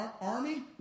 army